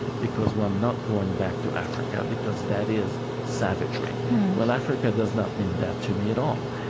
because we're not going back to africa because that is savagery well, africa does not mean that to me at all.